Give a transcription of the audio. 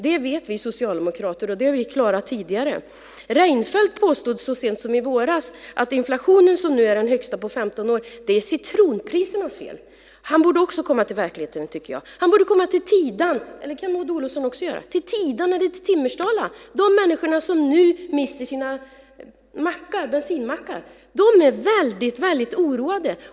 Det vet vi socialdemokrater, och det har vi klarat tidigare. Reinfeldt påstod så sent som i våras att inflationen, som nu är den högsta på 15 år, är citronprisernas fel. Han borde också komma till verkligheten, tycker jag. Han borde komma till Tidan eller Timmersdala - det kan Maud Olofsson också göra. De människor som nu mister sina besinmackar är väldigt oroade.